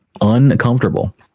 uncomfortable